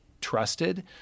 trusted